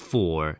Four